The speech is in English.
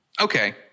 Okay